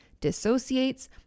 dissociates